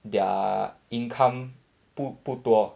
their income 不不多